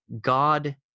God